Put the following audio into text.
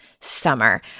summer